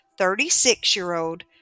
36-year-old